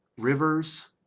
rivers